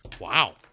Wow